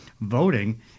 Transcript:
voting